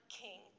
king